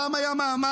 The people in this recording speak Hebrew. פעם היה מעמד